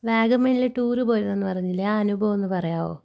വാഗമണ്ണില് tour പോയിരുന്നെന്ന് പറഞ്ഞില്ലേ ആ അനുഭവമൊന്ന് പറയാമോ